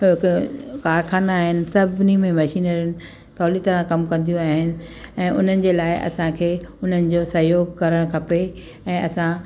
ऐं हिकु कारख़ाना आहिनि सभिनी में मशीनरियूं सहुली तरह कमु कंदियूं आहिनि ऐं उन्हनि जे लाइ असांखे उन्हनि जो सहयोग करणु खपे ऐं असां